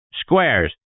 Squares